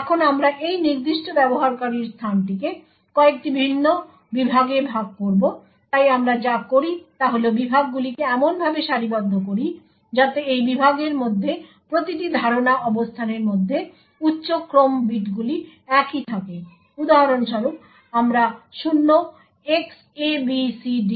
এখন আমরা এই নির্দিষ্ট ব্যবহারকারীর স্থানটিকে কয়েকটি ভিন্ন বিভাগে ভাগ করব তাই আমরা যা করি তা হল বিভাগগুলিকে এমনভাবে সারিবদ্ধ করি যাতে এই বিভাগের মধ্যে প্রতিটি ধারণা অবস্থানের মধ্যে উচ্চ ক্রম বিটগুলি একই থাকে উদাহরণস্বরূপ আমরা 0xabcd